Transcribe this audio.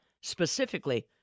specifically